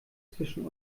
zwischen